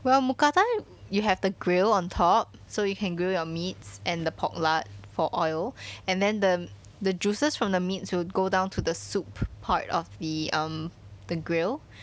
well mookata you have the grill on top so you can grill your meats and the pork lard for oil and then the the juices from the meats will go down to the soup part of the um the grill